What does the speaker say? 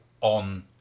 on